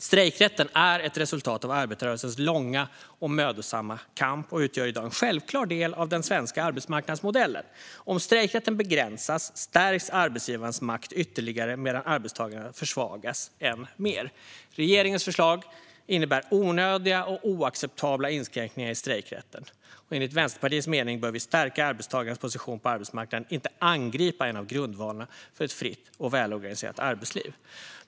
Strejkrätten är ett resultat av arbetarrörelsens långa och mödosamma kamp och utgör i dag en självklar del av den svenska arbetsmarknadsmodellen. Om strejkrätten begränsas stärks arbetsgivarnas makt ytterligare medan arbetstagarna försvagas än mer. Regeringens förslag innebär onödiga och oacceptabla inskränkningar i strejkrätten. Enligt Vänsterpartiets mening bör vi stärka arbetstagarnas position på arbetsmarknaden och inte angripa en av grundvalarna för ett fritt och välorganiserat arbetsliv.